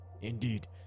Indeed